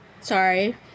sorry